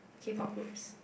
k-pop groups